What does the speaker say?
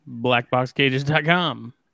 BlackBoxCages.com